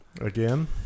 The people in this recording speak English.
Again